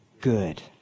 Good